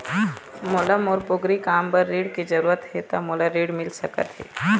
मोला मोर पोगरी काम बर ऋण के जरूरत हे ता मोला ऋण मिल सकत हे?